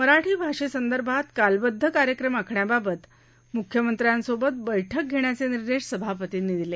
मराठी भाषेसंदर्भात कालबद्ध कार्यक्रम आखण्याबाबत मुख्यमंत्र्यांसोबत बैठक घेण्याचे निर्देश सभापतींनी दिले